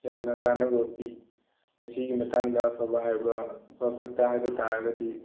ꯌꯥꯝꯅ ꯀꯥꯟꯅꯕ ꯄꯤ ꯃꯁꯤꯒꯤ ꯃꯇꯥꯡꯗ ꯑꯐꯕ ꯍꯥꯏꯕ ꯑꯐ ꯐꯠꯇ ꯍꯥꯏꯕ ꯇꯥꯔꯒꯗꯤ